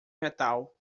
metal